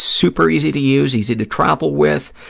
super easy to use, easy to travel with,